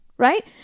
Right